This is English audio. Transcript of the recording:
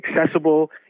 accessible